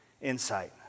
insight